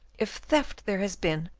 if theft there has been,